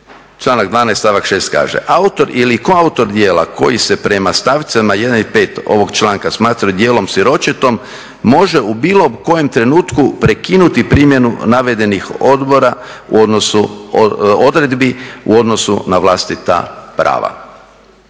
članak 12. stavak 6. kaže: "Autor ili koautor djela koji se prema stavcima 1. i 5. ovog članka smatraju djelom siročetom može u bilo kojem trenutku prekinuti primjenu navedenih odredbi u odnosu na vlastita prava."